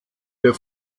der